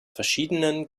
verschiedenen